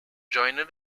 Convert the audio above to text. joining